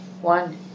one